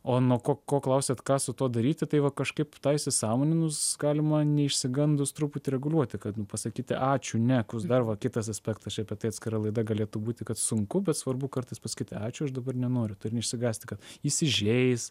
o nuo ko ko klausėt ką su tuo daryti tai va kažkaip tą įsisąmoninus galima neišsigandus truputį reguliuoti kad nu pasakyti ačiū ne plius dar va kitas aspektas čia apie tai atskira laida galėtų būti kad sunku bet svarbu kartais pasakyti ačiū aš dabar nenoriu turiu neišsigąsti kad įsižeis